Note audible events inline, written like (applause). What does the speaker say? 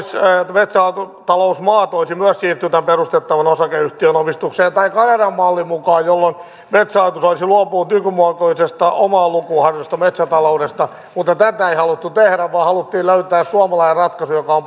metsätalousmaat olisi myös siirretty tämän perustettavan osakeyhtiön omistukseen tai kanadan mallin mukaan jolloin metsähallitus olisi luopunut nykymuotoisesta omaan lukuun harjoitetusta metsätaloudesta mutta tätä ei haluttu tehdä vaan haluttiin löytää suomalainen ratkaisu joka on (unintelligible)